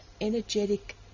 energetic